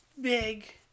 big